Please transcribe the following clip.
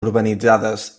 urbanitzades